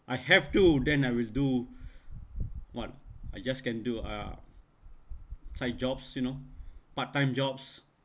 I have to then I will do what I just can do uh side jobs you know part-time jobs